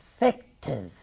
effective